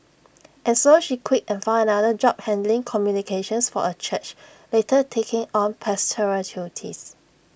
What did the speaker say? and so she quit and found another job handling communications for A church later taking on pastoral duties